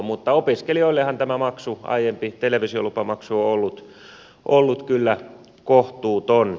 mutta opiskelijoillehan tämä maksu aiempi televisiolupamaksu on ollut kyllä kohtuuton